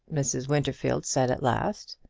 mrs. winterfield said at last.